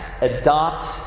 adopt